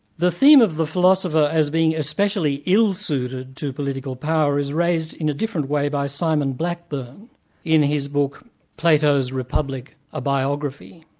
the theme of the philosopher as being especially ill-suited to political power is raised in a different way by simon blackburn in his book, plato's republic a biography.